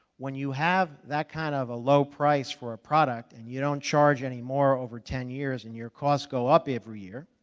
when you have that kind of a low price for a product and you don't charge any more over ten years and your costs go up every year,